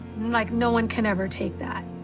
like no one can ever take that.